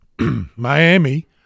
Miami